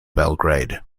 belgrade